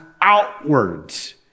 outwards